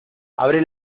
abre